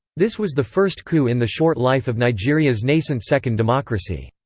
this was the first coup in the short life of nigeria's nascent second democracy.